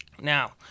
Now